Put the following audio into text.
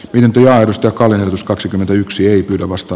ylempi lähetystö kaljus kaksikymmentäyksi ei pidä vasta